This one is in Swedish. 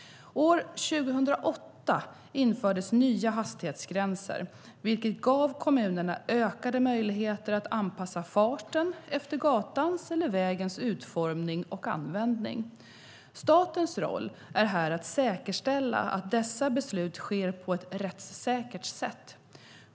År 2008 infördes nya hastighetsgränser, vilket gav kommunerna ökade möjligheter att anpassa farten efter gatans eller vägens utformning och användning. Statens roll är här att säkerställa att dessa beslut sker på ett rättssäkert sätt.